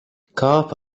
kāp